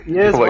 Yes